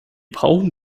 brauchen